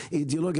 האידיאולוגי.